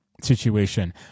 situation